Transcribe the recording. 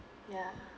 ya